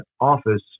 office